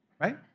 right